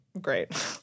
great